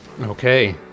Okay